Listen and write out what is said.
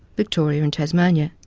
victoria and tasmania.